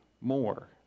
more